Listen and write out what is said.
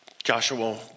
Joshua